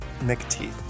McTeeth